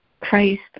christ